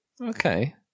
Okay